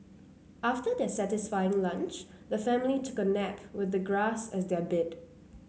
after their satisfying lunch the family took a nap with the grass as their bed